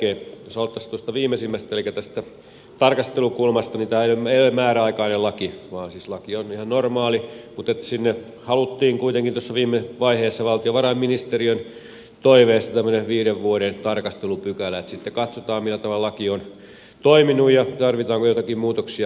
jos aloittaisin tuosta viimeisimmästä elikkä tästä tarkastelukulmasta niin tämä ei ole määräaikainen laki vaan siis laki on ihan normaali mutta sinne haluttiin kuitenkin tuossa viime vaiheessa valtiovarainministeriön toiveesta tämmöinen viiden vuoden tarkastelupykälä että sitten katsotaan millä tavalla laki on toiminut ja tarvitaanko joitakin muutoksia vai ei